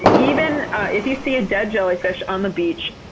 even if you see a dead jellyfish on the beach,